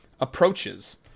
approaches